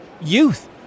youth